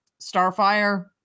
starfire